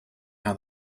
how